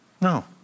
No